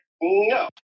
no